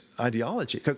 ideology